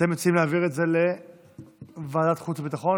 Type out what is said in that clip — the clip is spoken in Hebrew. אתם מציעים להעביר את זה לוועדת החוץ והביטחון?